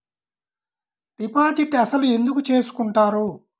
Deposit అసలు ఎందుకు చేసుకుంటారు?